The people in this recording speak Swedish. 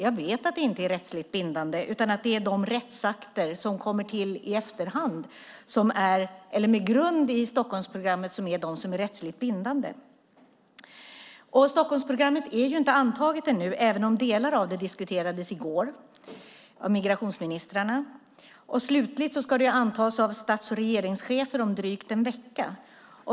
Jag vet att det inte är rättsligt bindande utan att det är de rättsakter som kommer till i efterhand, med grund i Stockholmsprogrammet, som är rättsligt bindande. Stockholmsprogrammet är inte antaget ännu, även om delar av det diskuterades av migrationsministrarna i går. Det ska antas slutligt av stats och regeringschefer om drygt en vecka.